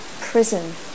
prison